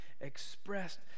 Expressed